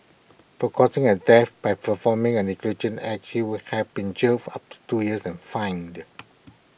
for causing A death by performing A negligent act she would have been jailed for up to two years and fined